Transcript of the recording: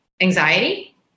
anxiety